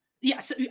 yes